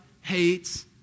hates